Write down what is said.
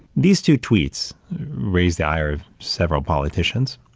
these two tweets raised the ire of several politicians.